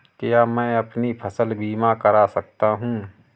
क्या मैं अपनी फसल बीमा करा सकती हूँ?